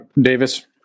Davis